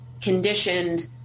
conditioned